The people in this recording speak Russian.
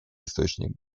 источник